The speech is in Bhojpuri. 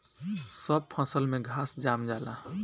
सब फसल में घास जाम जाला